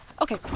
Okay